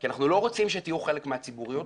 כי אנחנו לא רוצים שתהיו חלק מהציבוריות